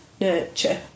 nurture